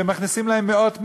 שמכניסות להם מאות מיליונים?